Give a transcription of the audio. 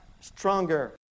stronger